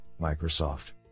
Microsoft